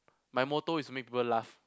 my motto is make people laugh